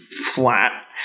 flat